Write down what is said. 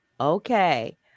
okay